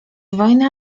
wojna